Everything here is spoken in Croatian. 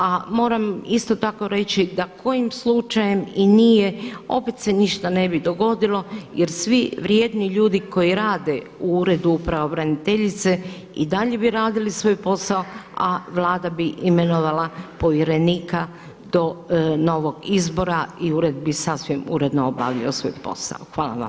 A moram isto tako reći da kojim slučajem i nije opet se ništa ne bi dogodilo, jer svi vrijedni ljudi koji rade u Uredu pravobraniteljice i dalje bi radili svoj posao a Vlada bi imenovala povjerenika do novog izbora i ured bi sasvim normalno obavljao svoj posao.